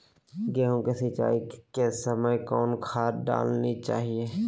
गेंहू के सिंचाई के समय कौन खाद डालनी चाइये?